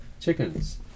chickens